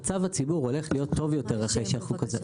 מצב הציבור הולך להיות טוב יותר אחרי החוק הזה.